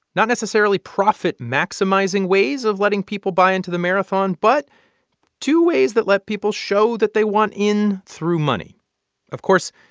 not necessarily profit-maximizing ways of letting people buy into the marathon, but two ways that let people show that they want in through money of course,